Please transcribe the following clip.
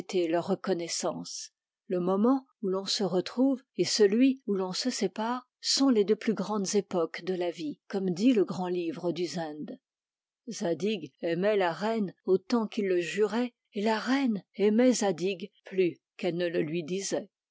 reconnaissance le moment où l'on se retrouve et celui où l'on se sépare sont les deux plus grandes époques de la vie comme dit le grand livre du zend zadig aimait la reine autant qu'il le jurait et la reine aimait zadig plus qu'elle ne le lui disait